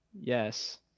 Yes